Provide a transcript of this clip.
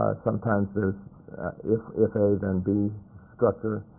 sometimes there's if if a then b structure.